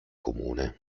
comune